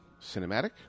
cinematic